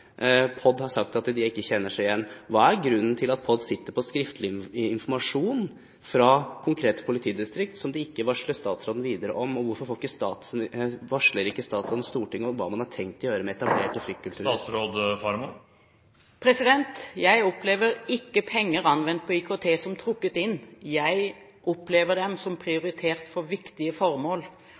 POD har sagt at de ikke kjenner seg igjen. Hva er grunnen til at POD sitter på skriftlig informasjon fra konkrete politidistrikt som de ikke varsler statsråden videre om, og hvorfor varsler ikke statsråden Stortinget om hva man har tenkt å gjøre med etablerte fryktkulturer? Jeg opplever ikke penger anvendt på IKT som trukket inn. Jeg opplever dem som prioritert for viktige formål,